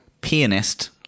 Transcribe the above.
pianist